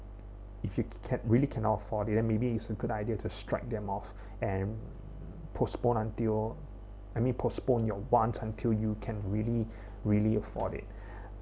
if you can't really cannot afford it and maybe some good idea to strike them off and postpone until I mean postpone your want until you can really really afford it